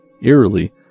Eerily